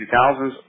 2000s